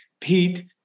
Pete